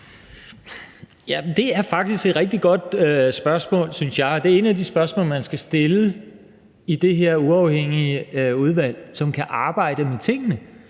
faktisk et rigtig godt spørgsmål, synes jeg, og det er et af de spørgsmål, man skal stille i det her uafhængige udvalg, som kan arbejde med tingene,